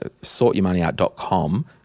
sortyourmoneyout.com